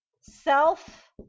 self